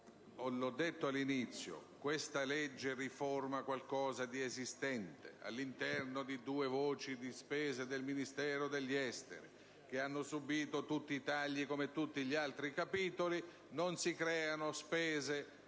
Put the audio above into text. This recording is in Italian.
L'ho detto all'inizio: questa legge riforma qualcosa di esistente all'interno di due voci di spesa del Ministero degli affari esteri che hanno subito tutti i tagli come tutti gli altri capitoli, e non si creano spese